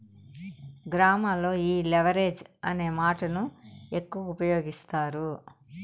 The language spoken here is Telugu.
గ్రామాల్లో ఈ లెవరేజ్ అనే మాటను ఎక్కువ ఉపయోగిస్తారు